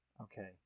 Okay